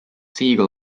siegel